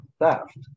theft